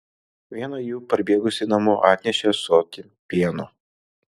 viena jų parbėgusi namo atnešė ąsotį pieno